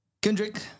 Kendrick